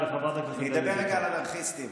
אני אגיד ככה, "אנרכיסטים",